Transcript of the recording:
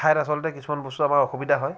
ঠাইত আচলতে কিছুমান বস্তু আমাৰ অসুবিধা হয়